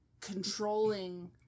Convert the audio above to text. controlling